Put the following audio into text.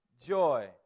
joy